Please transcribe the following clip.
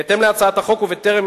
בהתאם להצעת החוק, ובטרם